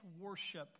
worship